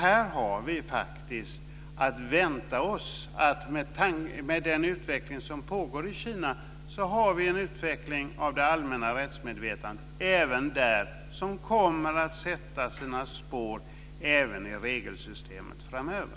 I och med den utveckling som pågår i Kina har vi en utveckling av det allmänna rättsmedvetandet även där som kommer att sätta sina spår även i regelsystemet framöver.